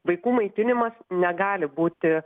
vaikų maitinimas negali būti